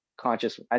Conscious